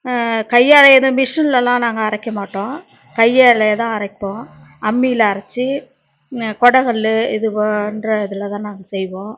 கையாலையேதான் மிஷின்லலாம் நாங்கள் அரைக்க மாட்டோம் கையாலையேதான் அரைப்போம் அம்மியில் அரைச்சு குடக்கல்லு இது போன்ற இதிலதான் நாங்கள் செய்வோம்